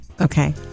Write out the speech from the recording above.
Okay